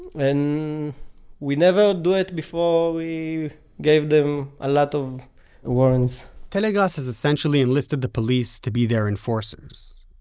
and we never do it before we gave them a lot of warns telegrass has essentially enlisted the police to be their enforcers.